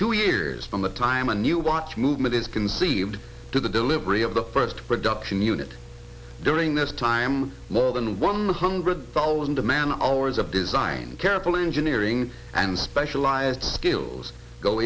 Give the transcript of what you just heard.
two years from the time a new watch movement is conceived to the delivery of the first production unit during this time more than one hundred thousand to man hours of design careful engineering and specialized skills go